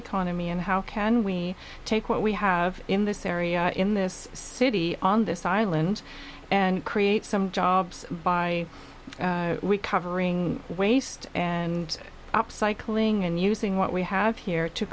economy and how can we take what we have in this area in this city on this island and create some jobs by covering waste and upcycling and using what we have here to